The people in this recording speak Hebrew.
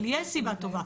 אבל יש סיבה טובה.